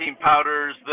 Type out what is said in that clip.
powders